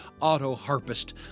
auto-harpist